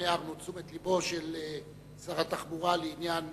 גם הערנו את תשומת לבו של שר התחבורה בעניין